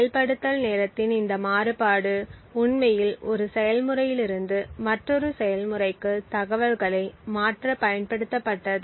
செயல்படுத்தல் நேரத்தின் இந்த மாறுபாடு உண்மையில் ஒரு செயல்முறையிலிருந்து மற்றொரு செயல்முறைக்கு தகவல்களை மாற்ற பயன்படுத்தப்பட்டது